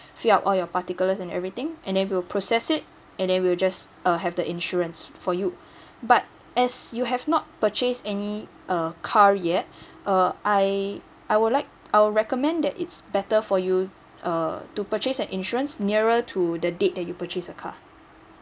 fill up all your particulars and everything and then we'll process it and then we will just uh have the insurance for you but as you have not purchase any uh car yet uh I I would like I'll recommend that it's better for you uh to purchase the insurance nearer to the date that you purchase a car